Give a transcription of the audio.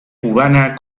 cubana